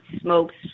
smokes